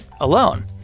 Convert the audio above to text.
alone